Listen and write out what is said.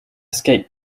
skate